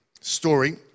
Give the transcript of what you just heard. story